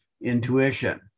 intuition